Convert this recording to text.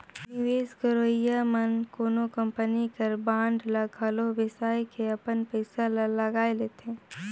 निवेस करइया मन कोनो कंपनी कर बांड ल घलो बेसाए के अपन पइसा ल लगाए लेथे